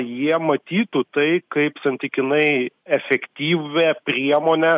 jie matytų tai kaip santykinai efektyvią priemonę